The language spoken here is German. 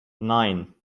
nein